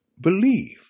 Believe